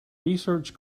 research